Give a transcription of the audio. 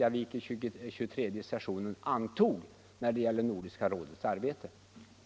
Avser statsrådet vidtaga åtgärder för att förebygga sådana konsekvenser?